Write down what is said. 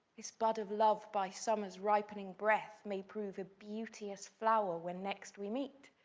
this bud of love, by summer's ripening breath, may prove a beauteous flower when next we meet.